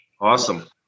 Awesome